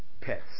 pets